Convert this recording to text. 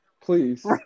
Please